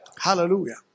Hallelujah